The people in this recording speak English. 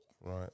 Right